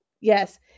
yes